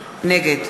בהסתייגויות?